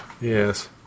Yes